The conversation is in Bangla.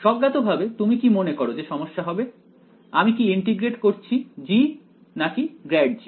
স্বজ্ঞাতভাবে তুমি কি মনে করো যে সমস্যা হবে আমি কি ইন্টিগ্রেট করছি g নাকি ∇g